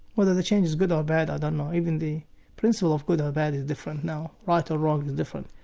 whether the change is good or bad i don't know. even the principle of good or bad is different now right or wrong is different.